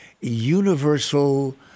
universal